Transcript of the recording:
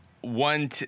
one